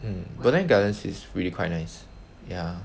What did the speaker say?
mm botanic gardens is really quite nice ya